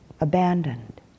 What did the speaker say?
abandoned